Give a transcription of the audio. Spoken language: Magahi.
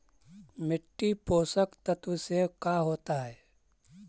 मिट्टी पोषक तत्त्व से का होता है?